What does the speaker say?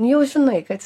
jau žinai kad